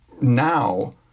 now